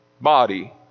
body